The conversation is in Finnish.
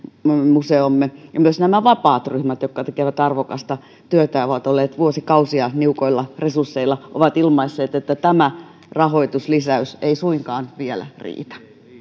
museomme kuin myös nämä vapaat ryhmät jotka tekevät arvokasta työtä ja ovat olleet vuosikausia niukoilla resursseilla ovat ilmaisseet että tämä rahoituslisäys ei suinkaan vielä riitä